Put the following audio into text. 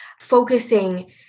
focusing